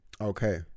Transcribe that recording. okay